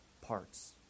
parts